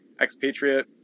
expatriate